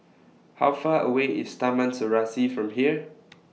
How Far away IS Taman Serasi from here